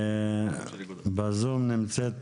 בזום נמצאת